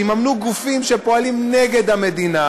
או שיממנו גופים שפועלים נגד המדינה.